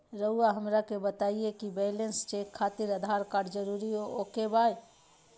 रउआ हमरा के बताए कि बैलेंस चेक खातिर आधार कार्ड जरूर ओके बाय?